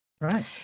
Right